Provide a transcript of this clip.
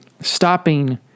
stopping